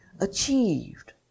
achieved